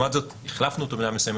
ולעומת זאת החלפנו אותו במידה מסוימת